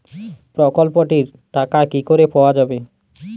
প্রকল্পটি র টাকা কি করে পাওয়া যাবে?